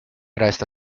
resta